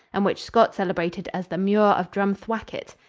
and which scott celebrated as the muir of drumthwacket.